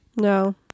No